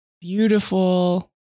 beautiful